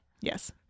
Yes